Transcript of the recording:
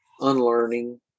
unlearning